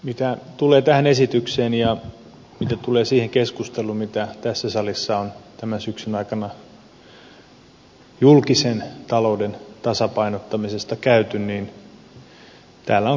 mitä tulee tähän esitykseen ja mitä tulee siihen keskusteluun jota tässä salissa on tämän syksyn aikana julkisen talouden tasapainottamisesta käyty niin täällä on kaksi linjaa